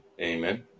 Amen